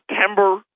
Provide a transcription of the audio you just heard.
September